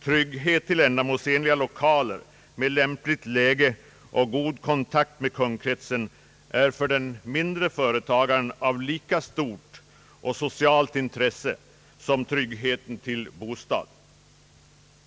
Trygghet till ändamålsenliga lokaler i lämpligt läge och god kontakt med kundkretsen har för den mindre företagaren lika stort so-- cialt intresse som tryggheten till bostad.